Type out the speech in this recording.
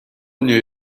mnie